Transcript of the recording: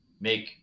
make